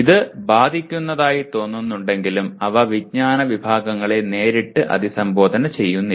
ഇത് ബാധിക്കുന്നതായി തോന്നുന്നുവെങ്കിലും അവ വിജ്ഞാന വിഭാഗങ്ങളെ നേരിട്ട് അഭിസംബോധന ചെയ്യുന്നില്ല